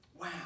Wow